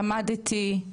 למדתי,